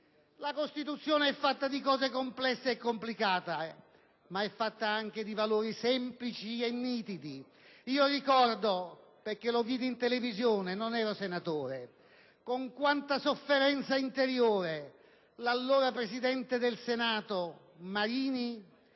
La Costituzione è fatta di cose complesse, è complicata, ma è fatta anche di valori semplici e nitidi. Ricordo - lo vidi in televisione, non ero senatore - con quanta sofferenza interiore l'allora presidente del Senato Marini